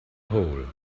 hole